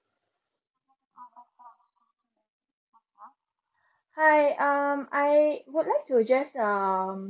hi um I would like to just um